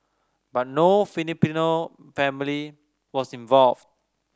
but no Filipino family was involved